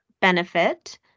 benefit